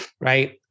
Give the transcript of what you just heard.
right